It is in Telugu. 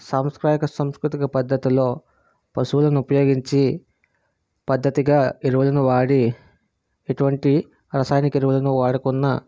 సంస్క్రయాక సంస్కృతిక పద్ధతిలో పశువులను ఉపయోగించి పద్ధతిగా ఎరువులను వాడి ఎటువంటి రసాయనిక ఎరువులను వాడకున్న